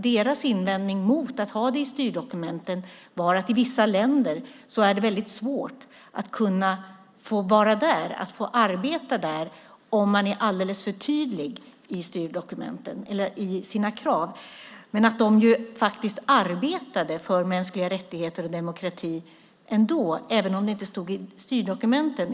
Deras invändning mot att ha det i styrdokumenten var att det är väldigt svårt att få arbeta i vissa länder om man är alldeles för tydlig i styrdokumenten eller i sina krav, men att de faktiskt arbetade för mänskliga rättigheter och demokrati även om det inte stod i styrdokumenten.